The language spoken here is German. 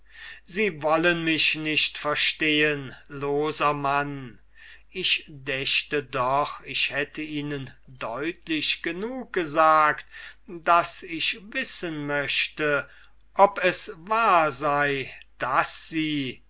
sie wollen mich nicht verstehen demokritus ich dächte doch ich hätte ihnen deutlich genug gesagt daß ich wissen möchte ob es wahr sei daß sie